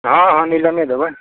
हँ हँ नीलमे देबै